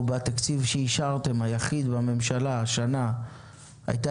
או בתקציב שאישרתם בממשלה השנה הייתה